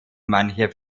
manche